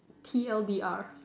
T L D R